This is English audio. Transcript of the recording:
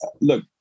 look